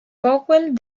powell